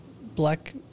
Black